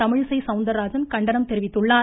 தமிழிசை சவுந்தராஜன் கண்டனம் தெரிவித்துள்ளார்